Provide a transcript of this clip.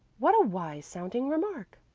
what a wise-sounding remark,